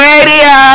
Radio